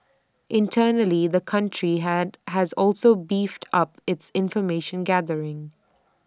internally the country had has also beefed up its information gathering